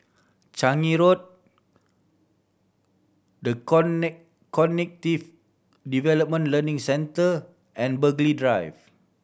Changi Road The Cognitive Development Learning Centre and Burghley Drive